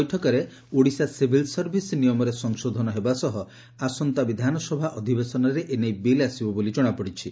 ବୈଠକରେ Odisha civil service ନିୟମରେ ସଂଶୋଧନ ହେବା ସହ ଆସନ୍ତା ବିଧାନସଭା ଅଧିବେଶନରେ ଏନେଇ ବିଲ୍ ଆସିବ ବୋଲି ଜଣାପଡ଼ିଛି